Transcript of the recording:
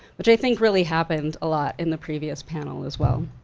which i think really happened a lot in the previous panel as well.